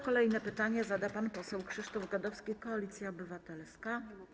Kolejne pytanie zada pan poseł Krzysztof Gadowski, Koalicja Obywatelska.